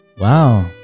Wow